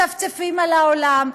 מצפצפים על העולם,